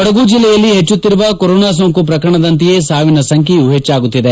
ಕೊಡಗು ಜಿಲ್ಲೆಯಲ್ಲಿ ಹೆಚ್ಚುತ್ತಿರುವ ಕರೋನಾ ಸೋಂಕು ಪ್ರಕರಣದಂತೆಯೇ ಸಾವಿನ ಸಂಖ್ಯೆಯೂ ಹೆಚ್ಚಾಗುತ್ತಿದೆ